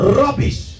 rubbish